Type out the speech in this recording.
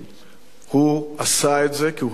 הוא עשה את זה כי הוא האמין בזה.